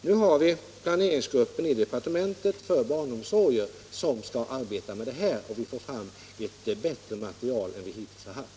Nu har vi i departementet en planeringsgrupp för barnomsorger som skall arbeta med det här och få fram ett bättre alternativ än vi hittills har haft.